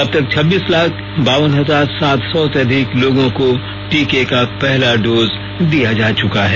अब तक छबीस लाख बावन हजार सात सौ से अधिक लोगों को टीके का पहला डोज दिया जा चुका है